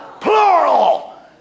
plural